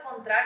contrario